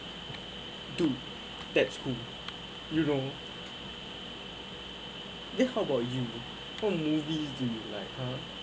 dude that's cool you know then how about you what movie do you like ha